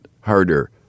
harder